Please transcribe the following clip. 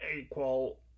equal